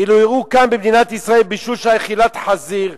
אילו הראו כאן, במדינת ישראל, בישול, אכילת חזיר,